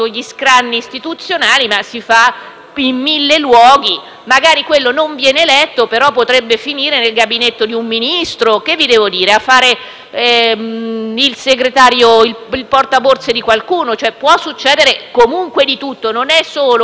in mille altri luoghi. Magari quello non viene eletto, ma potrebbe finire nel Gabinetto di un Ministro o anche a fare il segretario o il portaborse di qualcuno, per cui può succedere comunque di tutto, non è l'unico parametro.